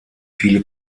viele